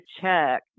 check